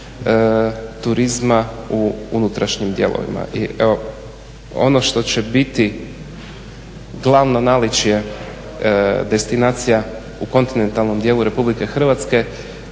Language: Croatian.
turizma u unutrašnjim dijelovima. Ono što će biti glavno naličje destinacija u kontinentalnom dijelu Republike Hrvatske